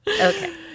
Okay